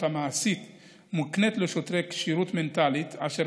המעשית מוקנית לשוטרים כשירות מנטלית אשר,